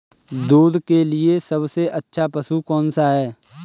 दूध के लिए सबसे अच्छा पशु कौनसा है?